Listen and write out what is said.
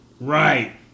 Right